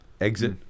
exit